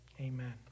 Amen